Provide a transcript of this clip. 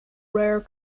rare